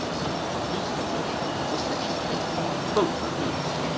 one of the least of which was that she kicked off both her boots.